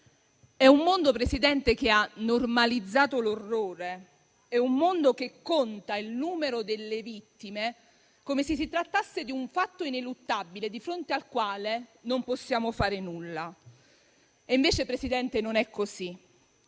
È un mondo che ha normalizzato l'orrore; un mondo che conta il numero delle vittime come se si trattasse di un fatto ineluttabile di fronte al quale non possiamo fare nulla. Invece, signor Presidente, non è così.